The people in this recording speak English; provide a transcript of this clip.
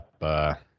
up